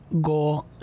go